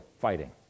fighting